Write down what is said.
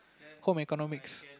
home economics